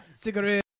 Cigarette